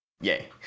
Yay